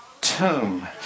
tomb